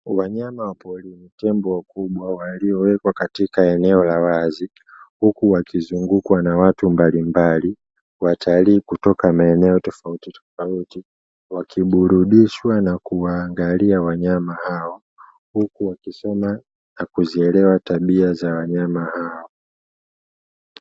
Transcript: Wanyama wa porini, tembo wakubwa waliowekwa katika eneo la wazi. Huku wakizungukwa na watu mbalimbali, watalii kutoka maeneo tofautitofauti wakiburudishwa na kuangalia wanyama hao. Huku kusoma na kuzielewa tabia za wanyama hao.